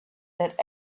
that